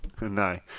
no